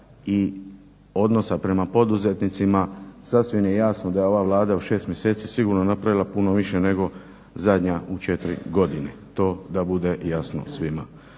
i odnosa prema poduzetnicima sasvim je jasno da je ova Vlada u šest mjeseci sigurno napravila puno više nego zadnja u četiri godine. To da bude jasno svima.